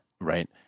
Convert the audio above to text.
right